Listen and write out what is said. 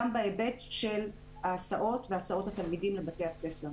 גם בהיבט של ההסעות והסעות התלמידים לבתי הספר.